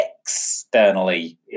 externally